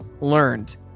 learned